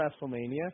WrestleMania